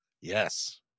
Yes